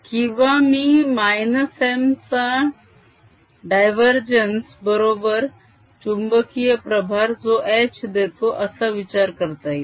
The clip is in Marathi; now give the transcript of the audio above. किंवा मी - m चा डायवरजेन्स बरोबर चुंबकीय प्रभार जो h देतो असा विचार करता येईल